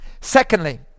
Secondly